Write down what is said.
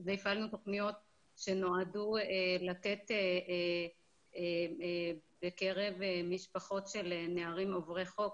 והפעלנו תוכניות שנועדו לתת בקרב משפחות של נערים עוברי חוק,